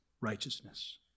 righteousness